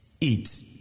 eat